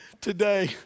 Today